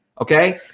Okay